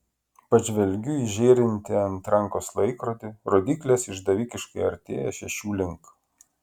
pažvelgiu į žėrintį ant rankos laikrodį rodyklės išdavikiškai artėja šešių link